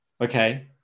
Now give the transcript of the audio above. okay